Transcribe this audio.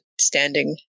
standing